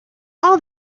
all